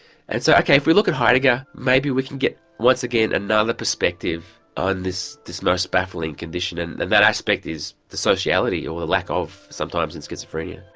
and so okay, if we look at heidegger maybe we can get once again another perspective on this this most baffling condition and and that aspect is the sociality or lack of, sometimes, in schizophrenia.